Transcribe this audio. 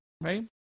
right